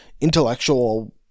intellectual